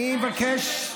אני מבקש,